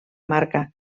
marca